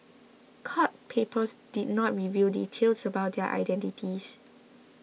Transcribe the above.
court papers did not reveal details about their identities